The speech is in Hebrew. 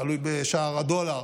תלוי בשער הדולר,